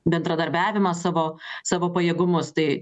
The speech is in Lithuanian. bendradarbiavimą savo savo pajėgumus tai